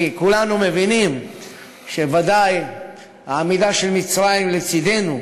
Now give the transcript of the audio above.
כי כולנו מבינים שוודאי שהעמידה של מצרים לצדנו,